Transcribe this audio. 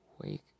Wake